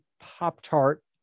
Pop-Tart